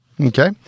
Okay